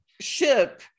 ship